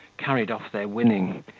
carried off their winning,